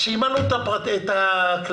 אז שימלאו את הכללים.